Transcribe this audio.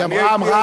היא אמרה,